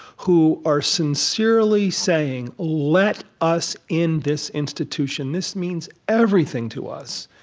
who are sincerely saying, let us in this institution. this means everything to us.